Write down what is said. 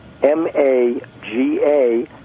m-a-g-a